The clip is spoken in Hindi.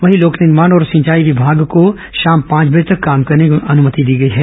वहीं लोक निर्माण और सिंचाई विभाग को शाम पांच बजे तक काम करने की अनुमति दी गई है